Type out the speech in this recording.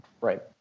Right